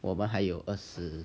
我们还有二十